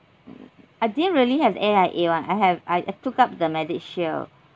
mm I didn't really have A_I_A one I have I took up the MediShield